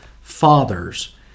fathers